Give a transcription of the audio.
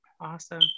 Awesome